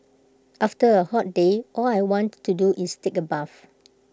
after A hot day all I want to do is take A bath